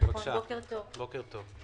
בוקר טוב.